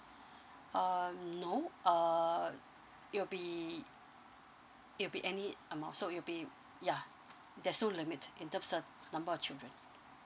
um no uh it'll be it'll be any amount so it'll be yeah there's no limit in terms of number of children